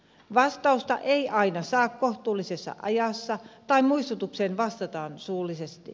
vastausta ei aina saa kohtuullisessa ajassa tai muistutukseen vastataan suullisesti